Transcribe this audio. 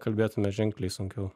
kalbėtume ženkliai sunkiau